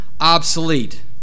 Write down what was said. obsolete